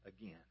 again